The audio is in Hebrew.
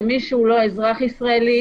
זה מי שהוא לא אזרח ישראלי,